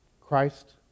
Christ